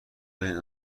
دادین